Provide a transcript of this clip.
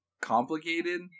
complicated